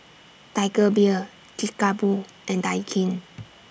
Tiger Beer Kickapoo and Daikin